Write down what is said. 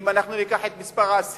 אם אנחנו ניקח את מספר האסירים,